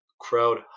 crowd